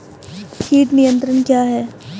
कीट नियंत्रण क्या है?